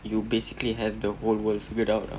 you basically have the whole world figured out